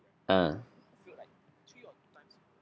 ah